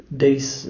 days